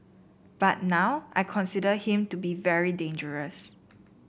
but now I consider him to be very dangerous